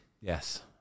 yes